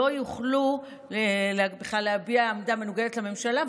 לא יוכלו בכלל להביע עמדה מנוגדת לממשלה,